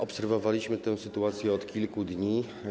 Obserwowaliśmy tę sytuację od kilku dni.